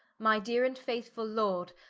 my deare and faithfull lord,